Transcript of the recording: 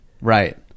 right